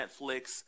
netflix